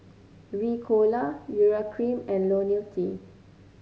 Ricola Urea Cream and IoniL T